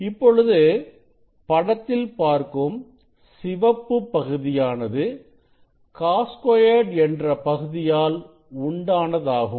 இப்பொழுது படத்தில் பார்க்கும் சிவப்பு பகுதியானது cos2 என்ற பகுதியால் உண்டானதாகும்